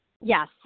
Yes